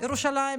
ירושלים,